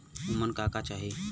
उमन का का चाही?